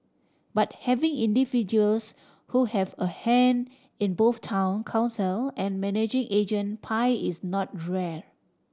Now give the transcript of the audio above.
but having individuals who have a hand in both Town Council and managing agent pie is not rare